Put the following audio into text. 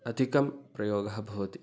अधिकं प्रयोगः भवति